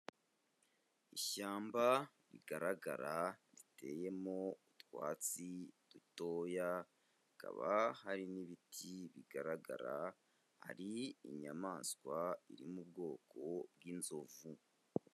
Ishyamba rigaragara riteyemo utwatsi dutoya hakaba hari n'ibiti bigaragara. Hari inyamaswa iri mu ubwoko bw'inzovu.